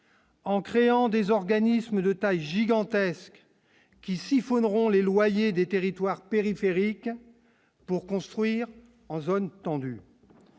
en créant des organismes de Taiji, grand qui siphonne rompt les loyers des territoires périphériques pour construire en zone tendue,